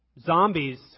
Zombies